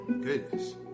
Goodness